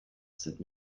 sind